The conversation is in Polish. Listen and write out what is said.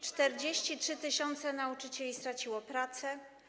43 tys. nauczycieli straciło pracę.